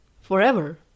forever